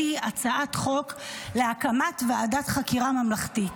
הצעת חוק להקמת ועדת חקירה ממלכתית.